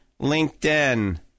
LinkedIn